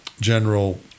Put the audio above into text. general